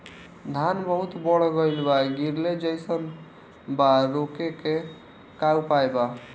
धान बहुत बढ़ गईल बा गिरले जईसन बा रोके क का उपाय बा?